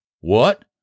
What